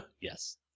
Yes